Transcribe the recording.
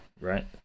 right